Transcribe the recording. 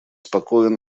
спокоен